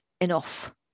enough